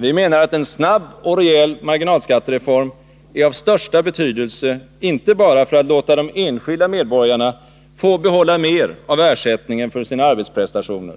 Vi menar att en snabb och rejäl marginalskattereform har den största betydelse inte bara för att låta de enskilda medborgarna få behålla mer av ersättningen för sina arbetsprestationer,